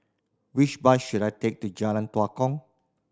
which bus should I take to Jalan Tua Kong